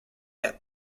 that